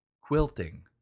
quilting